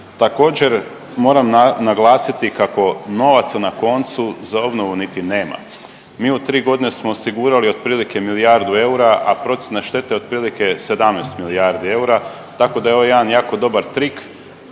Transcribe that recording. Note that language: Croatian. Također, moram naglasiti kako novaca na koncu za obnovu niti nema. Mi u 3 godine smo osigurali otprilike milijardu eura, a procjena štete je otprilike 17 milijardi eura, tako da je ovo jedan jako dobar trik,